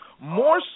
More